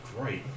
great